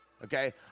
Okay